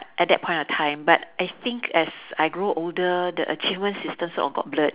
at that point of time but I think as I grew older the achievement system sort of got blurred